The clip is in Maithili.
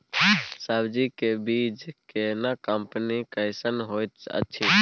सब्जी के बीज केना कंपनी कैसन होयत अछि?